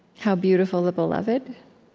how beautiful the beloved?